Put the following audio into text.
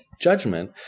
judgment